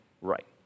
right